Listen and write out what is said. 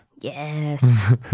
Yes